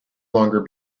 longer